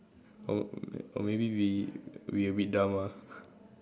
or or maybe we we a bit dumb ah